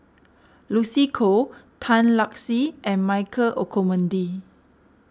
Lucy Koh Tan Lark Sye and Michael Olcomendy